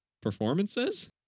Performances